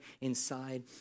inside